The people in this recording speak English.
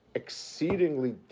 exceedingly